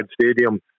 Stadium